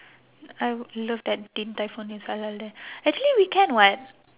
I love that din tai fung is halal there actually we can [what]